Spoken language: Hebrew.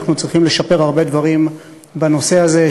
אנחנו צריכים לשפר הרבה דברים בנושא הזה,